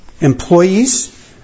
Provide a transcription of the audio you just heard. employees